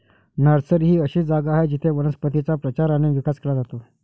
nursery ही अशी जागा आहे जिथे वनस्पतींचा प्रचार आणि विकास केला जातो